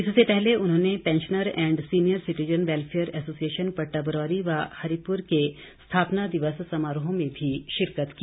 इससे पहले उन्होंने pensioner and senior citizen welfare association Pattabrauri व हरिपुर के स्थापना दिवस समारोह में भी शिरकत की